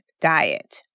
diet